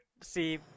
See